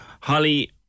Holly